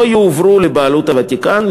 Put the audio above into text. לא יועברו לבעלות הוותיקן,